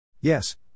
Yes